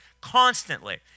Constantly